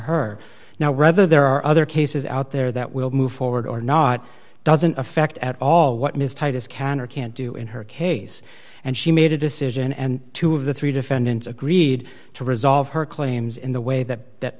her now whether there are other cases out there that will move forward or not doesn't affect at all what ms titus can or can't do in her case and she made a decision and two of the three defendants agreed to resolve her claims in the way that